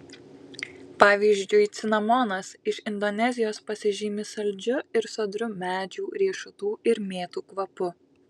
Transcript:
pavyzdžiui cinamonas iš indonezijos pasižymi saldžiu ir sodriu medžių riešutų ir mėtų kvapu